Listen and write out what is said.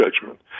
judgment